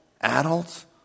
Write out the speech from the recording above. adults